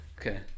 Okay